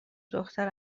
دختر